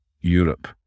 europe